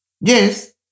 Yes